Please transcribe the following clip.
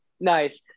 Nice